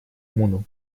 муну